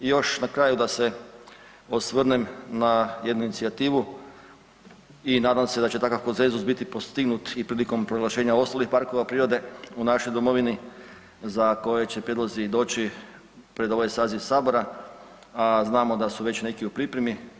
I još na kraju da se osvrnem na jednu inicijativu i nadam se da će takav konsenzus biti postignut i prilikom proglašenja ostalih parkova prirode u našoj domovini za koje će prijedlozi doći pred ovaj saziv Sabora, a znamo da su već neki u pripremi.